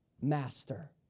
master